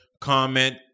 Comment